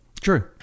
True